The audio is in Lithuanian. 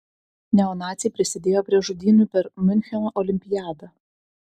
neonaciai prisidėjo prie žudynių per miuncheno olimpiadą